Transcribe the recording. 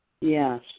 Yes